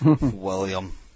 William